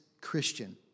Christian